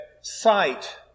sight